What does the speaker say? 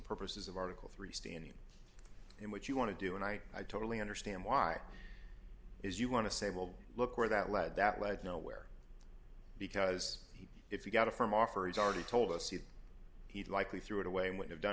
purposes of article three standing in what you want to do and i i totally understand why is you want to say well look where that lead that led nowhere because if you got a firm offer he's already told us that he'd likely threw it away and would have done